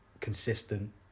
consistent